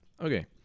Okay